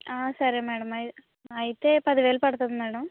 సరే మేడం అయి అయితే పదివేలు పడుతుంది మేడం